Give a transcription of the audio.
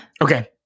Okay